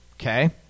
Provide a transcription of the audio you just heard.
Okay